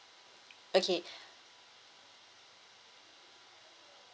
okay